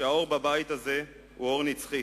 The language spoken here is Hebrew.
שהאור בבית הזה הוא אור נצחי,